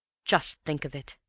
just think of it!